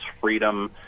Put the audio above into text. freedom